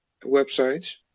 websites